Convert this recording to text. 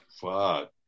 Fuck